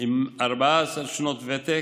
עם 14 שנות ותק,